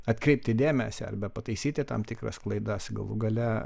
atkreipti dėmesį arba pataisyti tam tikras klaidas galų gale